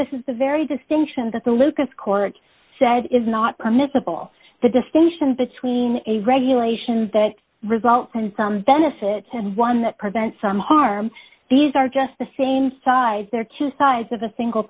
this is the very distinction that the lucas court said is not permissible the distinction between a regulation that results in some benefits and one that prevents some harm these are just the same size they're two sides of a single